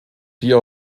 die